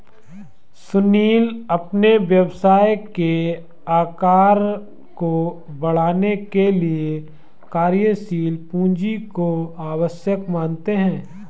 सुनील अपने व्यवसाय के आकार को बढ़ाने के लिए कार्यशील पूंजी को आवश्यक मानते हैं